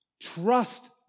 trust